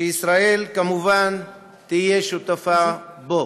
וישראל כמובן תהיה שותפה בו.